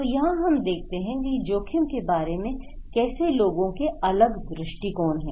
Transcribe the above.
तो यहां हम देखते हैं की जोखिम के बारे में कैसे लोगों के अलग दृष्टिकोण हैं